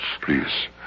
Please